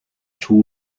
two